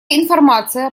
информация